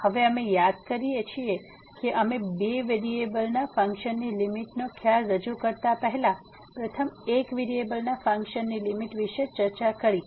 તેથી અમે હવે યાદ કરીએ છીએ કે અમે બે વેરિયેબલના ફંક્શન માટેની લીમીટ નો ખ્યાલ રજૂ કરતાં પહેલાં પ્રથમ એક વેરિયેબલના ફંક્શનની લીમીટ વિશે ચર્ચા કરવી મહત્વપૂર્ણ છે